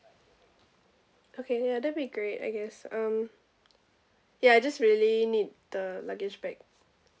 okay ya that'd be great I guess um ya I just really need the luggage back